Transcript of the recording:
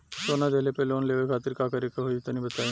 सोना दिहले पर लोन लेवे खातिर का करे क होई तनि बताई?